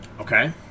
Okay